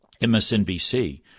MSNBC